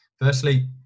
firstly